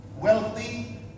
Wealthy